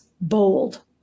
bold